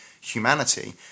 humanity